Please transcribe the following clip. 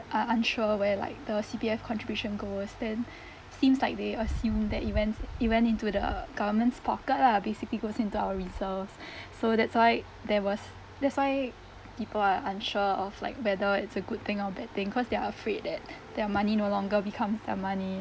are unsure where like the C_P_F contribution goes then seems like they assume that it wents it went into the government's pocket lah basically goes into our reserves so that's why there was that's why people are unsure of like whether it's a good thing or bad thing cause they are afraid that their money no longer becomes their money